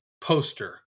poster